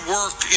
work